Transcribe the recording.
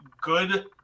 good